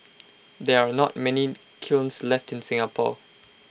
there are not many kilns left in Singapore